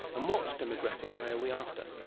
and what demographic pray, are we after?